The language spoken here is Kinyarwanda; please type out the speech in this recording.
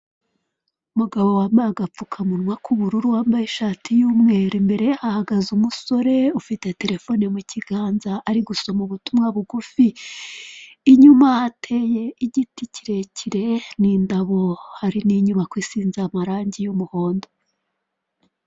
Umugabo wambaye agapfukamunwa k'ubururu, wambaye ishati y'umweru, imbere ye ahagaze umusore ufite telefone mu kiganza ari gusoma ubutumwa bugufi, inyuma hateye igiti kirekire n'indabo, hari n'inyubako isize amarangi y'umuhondo.